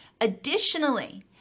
additionally